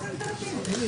הצבעה לא אושרו.